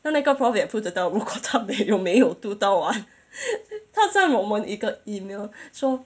他那个 prof 也不知道如果他没有没有读到完 他 send 我们一个 email 说